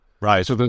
Right